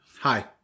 Hi